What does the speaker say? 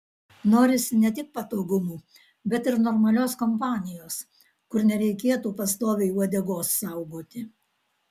norisi ne tik patogumų bet ir normalios kompanijos kur nereikėtų pastoviai uodegos saugoti